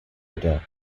order